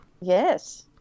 Yes